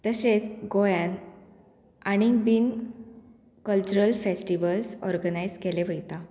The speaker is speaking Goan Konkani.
तशेंच गोंयान आनीक बीन कल्चरल फेस्टिवल्स ऑर्गनायज केले वयता